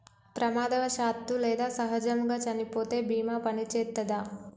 ప్రమాదవశాత్తు లేదా సహజముగా చనిపోతే బీమా పనిచేత్తదా?